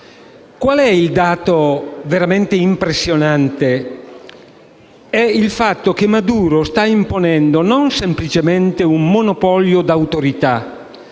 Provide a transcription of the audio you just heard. Qual è il dato veramente impressionante? È il fatto che Maduro sta imponendo non semplicemente un monopolio d'autorità,